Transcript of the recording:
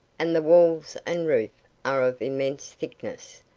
and the walls and roof are of immense thickness.